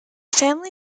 family